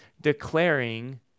declaring